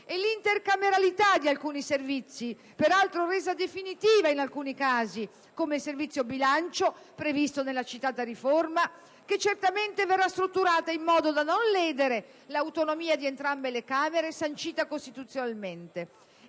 l'intercameralità di alcuni servizi, peraltro resa definitiva in alcuni casi come il Servizio bilancio previsto nella citata riforma, che certamente verrà strutturata in modo da non ledere l'autonomia di entrambe le Camere sancita costituzionalmente;